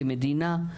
כמדינה,